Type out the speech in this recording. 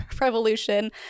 revolution